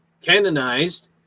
canonized